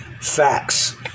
facts